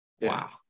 wow